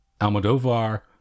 Almodovar